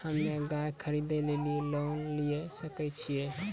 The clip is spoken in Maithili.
हम्मे गाय खरीदे लेली लोन लिये सकय छियै?